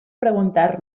preguntar